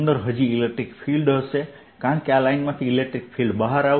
અંદર હજી electric field હશે કારણ કે આ લાઇનમાંથી ઇલેક્ટ્રિક ફીલ્ડ બહાર આવશે